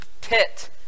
pit